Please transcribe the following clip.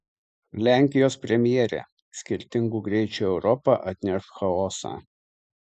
lenkijos premjerė skirtingų greičių europa atneš chaosą